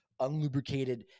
unlubricated